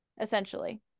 essentially